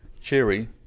cheery